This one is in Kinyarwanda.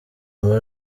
muri